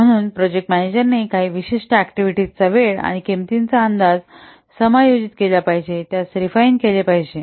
म्हणून प्रोजेक्ट मॅनेजरने काही विशिष्ट ऍक्टिव्हिटीांचा वेळ आणि किंमतीचा अंदाज समायोजित केला पाहिजे किंवा त्यास रेफाईन केले पाहिजे